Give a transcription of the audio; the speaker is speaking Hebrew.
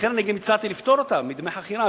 לכן גם הצעתי לפטור אותם מדמי חכירה,